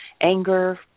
anger